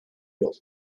yol